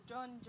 John